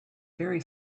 very